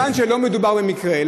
מכיוון שלא מדובר במקרה,